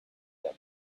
them